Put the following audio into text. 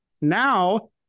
Now